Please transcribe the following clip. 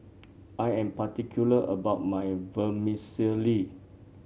I am particular about my Vermicelli